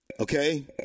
Okay